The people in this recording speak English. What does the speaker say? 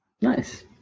Nice